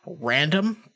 random